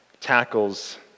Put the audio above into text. tackles